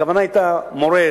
הכוונה היתה: מורה,